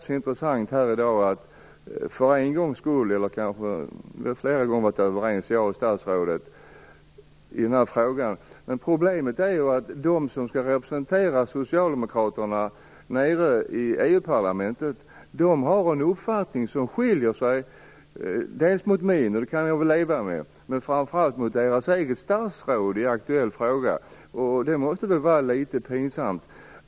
Statsrådet och jag har varit överens i den här frågan flera gånger. Men problemet är ju att de som skall representera Socialdemokraterna i EU-parlamentet har en uppfattning som skiljer sig mot vår. Jag kan väl leva med att den skiljer sig mot min, men den skiljer sig ju även mot deras eget statsråds i den här frågan. Det måste väl vara litet pinsamt.